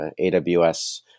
AWS